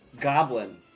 goblin